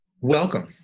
Welcome